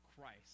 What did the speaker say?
Christ